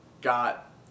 got